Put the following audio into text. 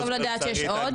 טוב לדעת שיש עוד, אוקיי.